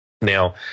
Now